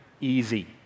easy